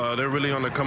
ah they're really on the